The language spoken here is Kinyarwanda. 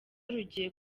rugiye